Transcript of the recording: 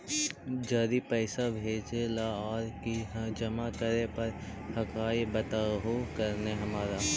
जड़ी पैसा भेजे ला और की जमा करे पर हक्काई बताहु करने हमारा?